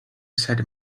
beside